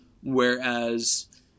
whereas